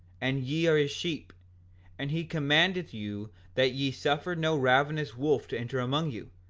and ye are his sheep and he commandeth you that ye suffer no ravenous wolf to enter among you,